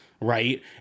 Right